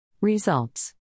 Results